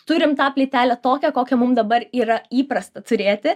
turim tą plytelę tokią kokią mum dabar yra įprasta turėti